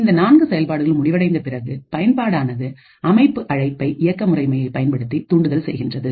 இந்த 4 செயல்களும் முடிவடைந்த பிறகு பயன்பாடானது அமைப்பு அழைப்பை இயக்க முறைமையை பயன்படுத்தி தூண்டுதல் செய்கின்றது